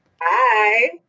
Hi